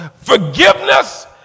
forgiveness